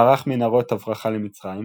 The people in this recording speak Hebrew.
מערך מנהרות הברחה למצרים,